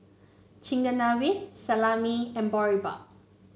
Chigenabe Salami and Boribap